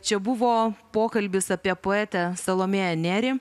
čia buvo pokalbis apie poetę salomėją nėrį